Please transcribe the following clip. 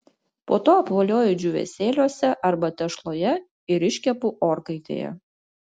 po to apvolioju džiūvėsiuose arba tešloje ir iškepu orkaitėje